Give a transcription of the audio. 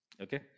okay